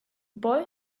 boy